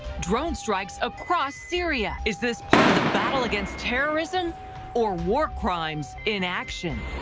drone strikes across syria. is this part of the battle against terrorism or war crimes in action?